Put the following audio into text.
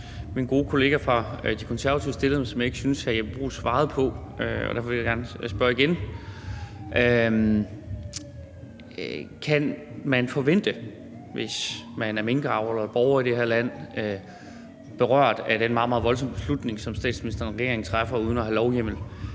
min gode kollega fra De Konservative stillede, men som jeg ikke synes hr. Jeppe Bruus svarede på. Derfor vil jeg gerne spørge igen. Kan man forvente, hvis man er minkavler og borger i det her land, berørt af den meget, meget voldsomme beslutning, som statsministeren og regeringen træffer uden at have lovhjemmel,